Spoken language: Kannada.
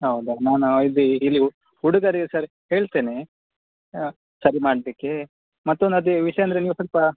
ಹೌದಾ ನಾನು ಇದು ಇಲ್ಲಿ ಹುಡುಗರು ಸರ್ ಹೇಳ್ತೇನೆ ಹಾಂ ಸರಿ ಮಾಡಲಿಕ್ಕೇ ಮತ್ತೊಂದು ಅದೇ ವಿಷಯ ಅಂದರೆ ನೀವು ಸ್ವಲ್ಪ